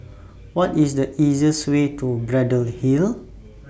What IS The easiest Way to Braddell Hill